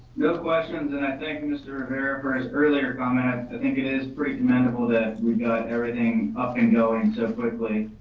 no questions, and i thank mr. rivera for his earlier comments. i think it is pretty commendable that we've got everything up and going so quickly,